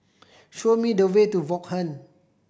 show me the way to Vaughan